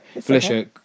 Felicia